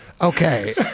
Okay